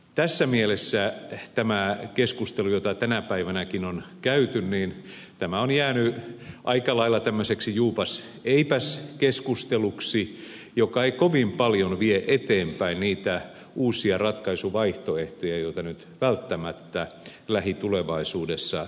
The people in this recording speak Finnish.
tässä mielessä tämä keskustelu jota tänä päivänäkin on käyty on jäänyt aika lailla tämmöiseksi juupaseipäs keskusteluksi joka ei kovin paljon vie eteenpäin niitä uusia ratkaisuvaihtoehtoja joita nyt välttämättä lähitulevaisuudessa tarvitaan